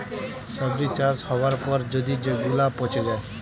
সবজি চাষ হবার পর যদি সেগুলা পচে যায়